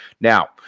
Now